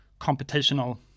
computational